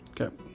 Okay